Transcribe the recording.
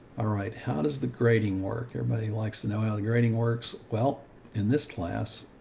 ah right. how does the grading work? everybody likes to know how the grading works well in this class,